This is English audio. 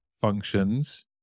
functions